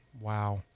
Wow